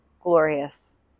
glorious